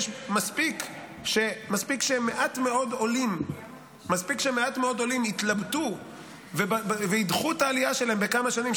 מספיק שמעט מאוד עולים יתלבטו וידחו את העלייה שלהם בכמה שנים,